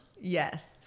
yes